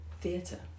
theatre